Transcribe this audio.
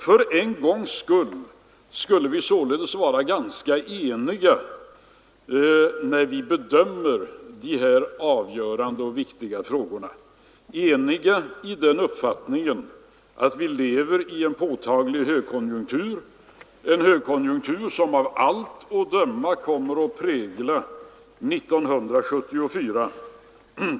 För en gångs skull skulle vi således vara ganska eniga när vi bedömer dessa avgörande och viktiga frågor, nämligen om uppfattningen att vi lever i en påtaglig högkonjunktur, som av allt att döma kommer att prägla 1974.